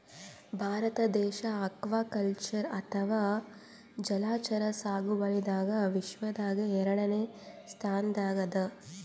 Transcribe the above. ಭಾರತ ದೇಶ್ ಅಕ್ವಾಕಲ್ಚರ್ ಅಥವಾ ಜಲಚರ ಸಾಗುವಳಿದಾಗ್ ವಿಶ್ವದಾಗೆ ಎರಡನೇ ಸ್ತಾನ್ದಾಗ್ ಅದಾ